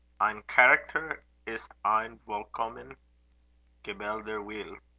ein charakter ist ein vollkommen gebildeter wille.